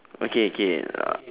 okay okay uh